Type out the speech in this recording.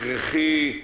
הכרחי,